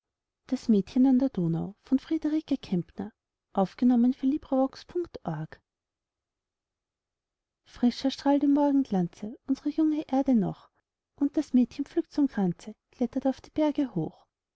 genrebild frischer strahlt im morgenglanze uns're junge erde noch und das mädchen pflückt zum kranze klettert auf der berge hoch